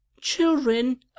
Children